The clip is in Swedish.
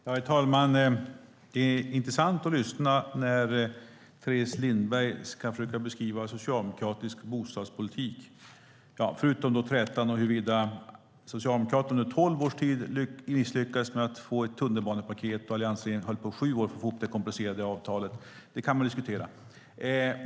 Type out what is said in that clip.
Herr talman! Det är intressant att lyssna när Teres Lindberg ska försöka beskriva en socialdemokratisk bostadspolitik, förutom trätan om att Socialdemokraterna under tolv års tid misslyckades med att få till stånd ett tunnelbanepaket och alliansregeringen höll på i sju år för att få ihop det komplicerade avtalet. Det kan man diskutera.